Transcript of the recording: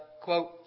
quote